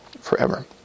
forever